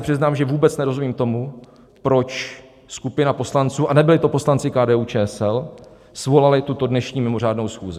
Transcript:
Přiznám se, že vůbec nerozumím tomu, proč skupina poslanců, a nebyli to poslanci KDUČSL, svolala tuto dnešní mimořádnou schůzi.